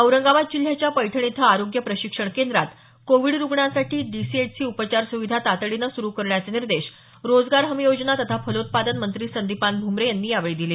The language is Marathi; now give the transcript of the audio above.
औरंगाबाद जिल्ह्याच्या पैठण इथं आरोग्य प्रशिक्षण केंद्रात कोविड रुग्णांसाठी डिसीएचसी उपचार सुविधा तातडीने सुरु करण्याचे निर्देश रोजगार हमी योजना तथा फलोत्पादन मंत्री संदिपान भूमरे यांनी यावेळी दिले